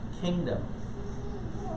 kingdom